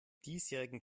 diesjährigen